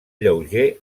lleuger